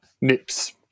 Nips